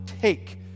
take